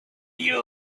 you